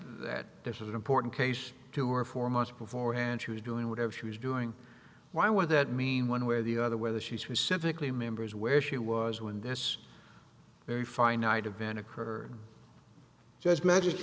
that this is an important case two or four months beforehand she was doing whatever she was doing why would that mean one way or the other whether she's who civically remembers where she was when this very finite event occurred just magic